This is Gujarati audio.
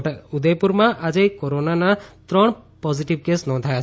છોટાઉદેપુરમાં આજે કોરોનાના ત્રણ પોઝીટીવ કેસ નોંધાયા છે